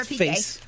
face